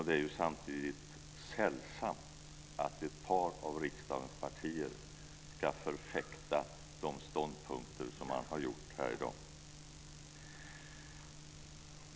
Det är samtidigt sällsamt att ett par av riksdagens partier ska förfäkta de ståndpunkter som man har gjort här i dag.